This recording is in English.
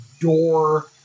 door